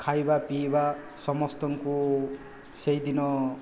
ଖାଇବା ପିଇବା ସମସ୍ତଙ୍କୁ ସେହିଦିନ